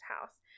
house